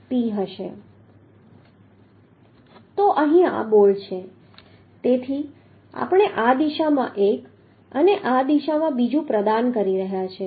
તો અહીં આ બોલ્ટ છે તેથી આપણે આ દિશામાં એક અને આ દિશામાં બીજું પ્રદાન કરી રહ્યા છીએ